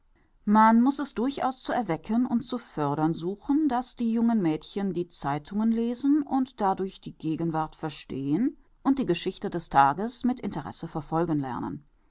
man muß es durchaus zu erwecken und zu fördern suchen daß die jungen mädchen die zeitungen lesen und dadurch die gegenwart verstehen und die geschichte des tages mit interesse verfolgen lernen